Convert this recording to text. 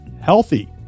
healthy